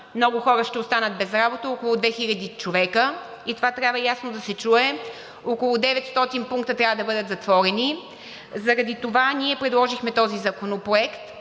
много хора ще останат без работа – около 2000 човека, и това трябва ясно да се чуе. Около 900 пункта трябва да бъдат затворени. Заради това ние предложихме този законопроект,